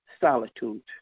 solitude